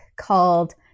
called